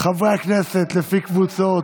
חברי הכנסת לפי קבוצות.